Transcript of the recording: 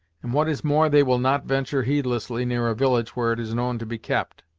and, what is more, they will not ventur' heedlessly near a village where it is known to be kept.